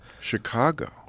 Chicago